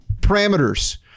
parameters